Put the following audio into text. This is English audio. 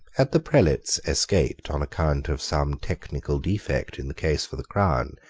had the prelates escaped on account of some technical defect in the case for the crown,